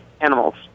animals